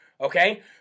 okay